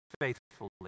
faithfully